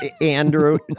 Andrew